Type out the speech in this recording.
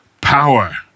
power